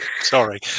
Sorry